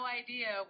idea